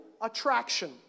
attraction